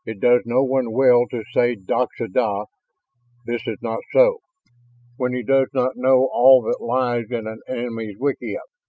it does no one well to say doxa-da this is not so when he does not know all that lies in an enemy's wickiup.